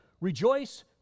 Rejoice